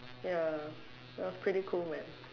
ya it was pretty cool man